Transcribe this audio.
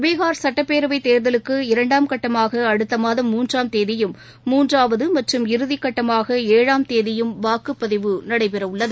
பீஹார் சுட்டப்பேரவை தேர்தலுக்கு இரண்டாம் கட்டமாக அடுத்த மாதம் மூன்றாம் தேதியும் மூன்றாவது மற்றும் இறுதிகட்டமாக ஏழாம் தேதியும் வாக்குப்பதிவு நடைபெறவுள்ளது